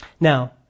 Now